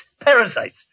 Parasites